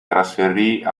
trasferì